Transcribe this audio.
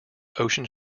ocean